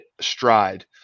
stride